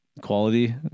quality